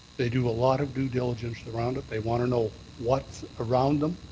they do a lot of due diligence around it. they want to know what's around them,